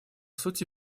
сути